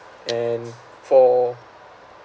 and for